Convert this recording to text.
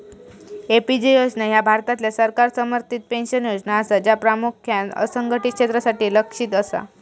AP योजना ह्या भारतातल्या सरकार समर्थित पेन्शन योजना असा, ज्या प्रामुख्यान असंघटित क्षेत्रासाठी लक्ष्यित असा